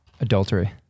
Adultery